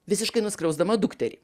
visiškai nuskriausdama dukterį